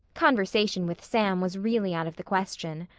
conversation with sam was really out of the question.